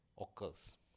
occurs